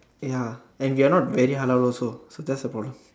ya and we are not very halal also so that's the problem